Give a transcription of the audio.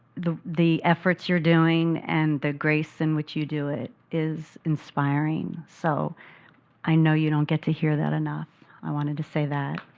the the efforts you're doing and the grace in which you do it is inspiring. so i know that you don't get to hear that enough. i wanted to say that.